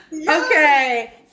okay